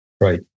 Right